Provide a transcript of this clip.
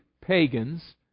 pagans